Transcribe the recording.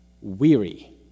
weary